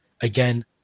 Again